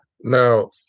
Now